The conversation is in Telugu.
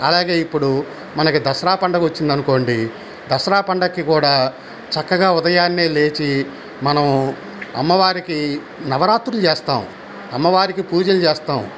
అలాగే ఇప్పుడు మనకి దసరా పండగ వచ్చిందనుకోండి దసరా పండక్కి కూడా చక్కగా ఉదయాన్నే లేచి మనం అమ్మవారికి నవరాత్రులు చేస్తాం అమ్మవారికి పూజలు చేస్తాం